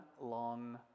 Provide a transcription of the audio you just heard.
long